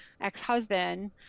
ex-husband